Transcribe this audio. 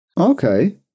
Okay